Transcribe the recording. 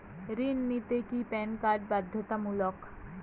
ঋণ নিতে কি প্যান কার্ড বাধ্যতামূলক?